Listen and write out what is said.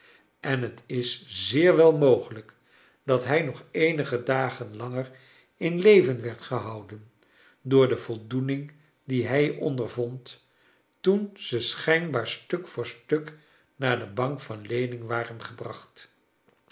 en het is zeer wel mogelijk dat hij nog eenige dagen langer in het leven werd gehouden door de voldoening die hij ondervond toen ze schijnbaar stuk voor stuk naar de hank van leeing waren gebracht